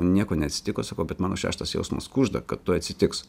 nieko neatsitiko sakau bet mano šeštas jausmas kužda kad tuoj atsitiks